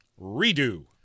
redo